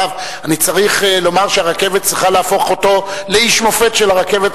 אני צריך לומר שהרכבת צריכה להפוך אותו לאיש מופת של הרכבת